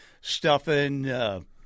stuffing –